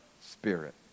Spirit